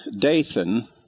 Dathan